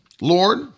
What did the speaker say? Lord